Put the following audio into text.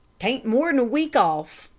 t ain't more'n a week off.